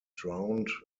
drowned